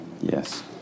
Yes